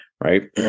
right